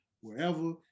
wherever